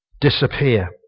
disappear